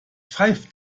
pfeift